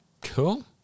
Cool